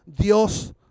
Dios